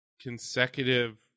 consecutive